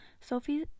Sophie